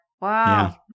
Wow